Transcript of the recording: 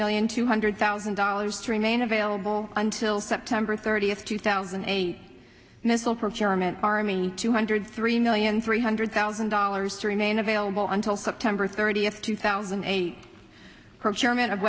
million two hundred thousand dollars to remain available until september thirtieth two thousand a missile procurement army two hundred three million three hundred thousand dollars to remain available until september thirtieth two thousand and eight procurement of